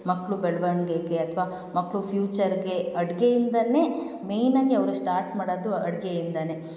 ಮಕ್ಳ ಬೆಳವಣ್ಗೆಗೆ ಅಥ್ವಾ ಮಕ್ಳ ಫ್ಯೂಚರ್ಗೆ ಅಡ್ಗೆಯಿಂದಲೇ ಮೇಯ್ನಾಗಿ ಅವರು ಸ್ಟಾರ್ಟ್ ಮಾಡೋದು ಅಡ್ಗೆಯಿಂದಲೇ